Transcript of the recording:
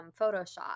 Photoshop